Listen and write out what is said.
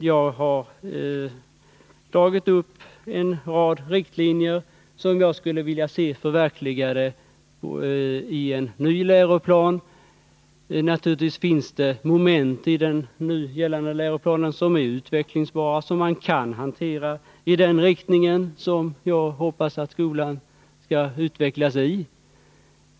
Jag har dragit upp en rad riktlinjer som jag skulle vilja se förverkligade i en ny läroplan. Naturligtvis finns det moment i den nu gällande läroplanen som är utvecklingsbara och som man kan hantera i den riktning som jag hoppas att skolan skall utvecklas i.